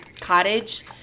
cottage